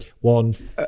one